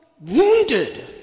wounded